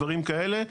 דברים כאלה.